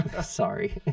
Sorry